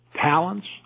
talents